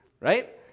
right